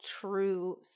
true